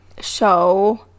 show